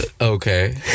okay